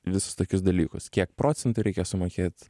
visus tokius dalykus kiek procentų reikia sumokėt